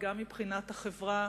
וגם מבחינת החברה